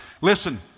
Listen